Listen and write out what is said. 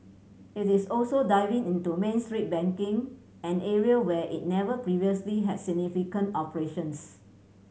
it is also diving into Main Street banking an area where it never previously had significant operations